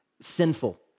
sinful